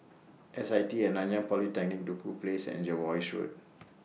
S I T At Nanyang Polytechnic Duku Place and Jervois Road